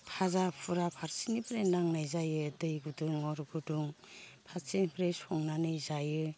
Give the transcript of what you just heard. भाजा फुरा फारसेनिफ्राय नांनाय जायो दै गुदुं अर गुदुं फारसेनिफ्राय संनानै जायो